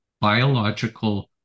biological